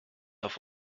auf